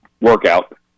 workout